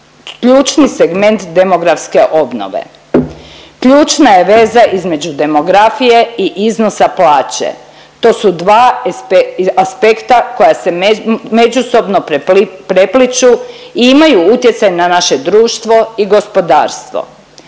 ključni segment demografske obnove. Ključna je veza između demografije i iznosa plaće, to su dva aspekta koja se međusobno prepliću i imaju utjecaj na naše društvo i gospodarstvo.